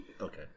okay